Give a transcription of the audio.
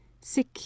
sick